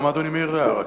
למה אדוני מעיר הערה כזאת?